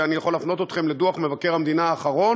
ואני יכול להפנות אתכם לדוח מבקר המדינה האחרון